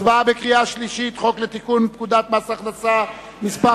הצבעה בקריאה שלישית על חוק לתיקון פקודת מס הכנסה (מס'